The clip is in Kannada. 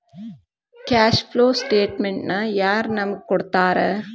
ಕ್ಯಾಷ್ ಫ್ಲೋ ಸ್ಟೆಟಮೆನ್ಟನ ಯಾರ್ ನಮಗ್ ಕೊಡ್ತಾರ?